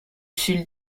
fil